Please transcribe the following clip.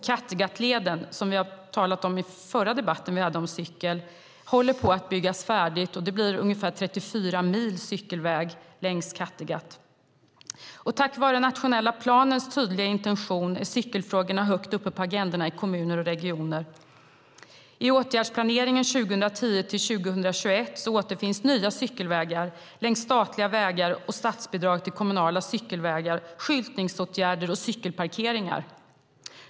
Kattegattleden som vi talade om i den förra debatten vi hade om cykel håller på att byggas färdigt, och det blir ungefär 34 mil cykelväg längs Kattegatt. Tack vare den nationella planens tydliga intention är cykelfrågorna högt uppe på agendan i kommuner och regioner. I åtgärdsplaneringen 2010-2021 återfinns nya cykelvägar längs statliga vägar och statsbidrag till kommunala cykelvägar, skyltningsåtgärder och cykelparkeringar.